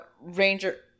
Ranger